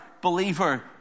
believer